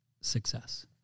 success